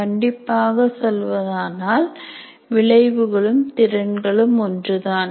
கண்டிப்பாக சொல்வதானால் விளைவுகளும் திறன்களும் ஒன்றுதான்